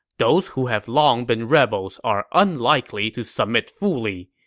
those who have long been rebels are unlikely to submit fully.